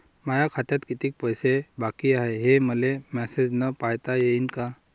माया खात्यात कितीक पैसे बाकी हाय, हे मले मॅसेजन पायता येईन का?